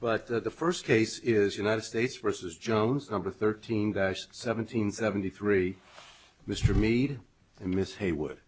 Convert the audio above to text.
but the first case is united states versus jones number thirteen seventeen seventy three mr made and miss haywood